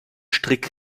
strick